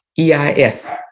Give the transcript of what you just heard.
EIS